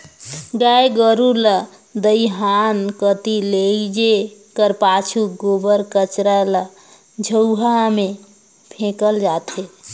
गाय गरू ल दईहान कती लेइजे कर पाछू गोबर कचरा ल झउहा मे फेकल जाथे